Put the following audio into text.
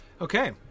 Okay